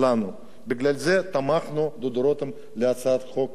בגלל זה תמכנו, דודו רותם, בהצעת החוק שלך.